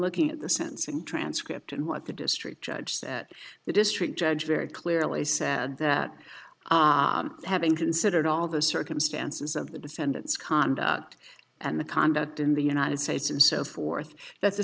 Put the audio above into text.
looking at the sentencing transcript and what the district judge that the district judge very clearly said that having considered all the circumstances of the defendant's conduct and the conduct in the united states and so forth that